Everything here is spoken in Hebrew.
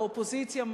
באופוזיציה,